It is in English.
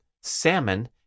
salmon